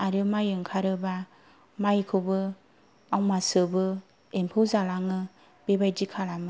आरो माइ ओंखारोबा माइखौबो अमा सोबो एमफौ जालाङो बेबायदि खालामो